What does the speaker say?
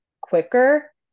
quicker